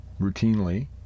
routinely